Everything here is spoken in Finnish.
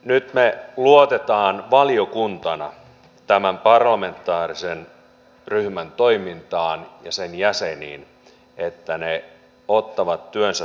nyt me luotamme valiokuntana tämän parlamentaarisen ryhmän toimintaan ja sen jäseniin että ne ottavat työnsä tosissaan